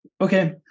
Okay